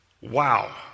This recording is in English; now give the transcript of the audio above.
Wow